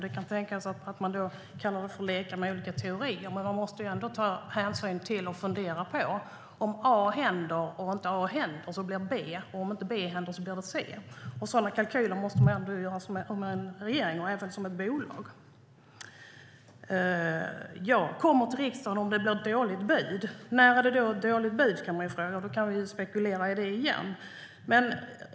Det kan tänkas att man kan kalla det för att leka med olika teorier. Men man måste ändå ta hänsyn till och fundera på: A händer eller A inte händer blir det B. Om inte B händer blir det C. Sådana kalkyler måste man göra som en regering och även som ett bolag. Jag kommer till riksdagen om det blir ett dåligt bud, säger ministern. När är det ett dåligt bud, kan man fråga sig? Det kan vi igen spekulera i.